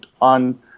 on